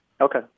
Okay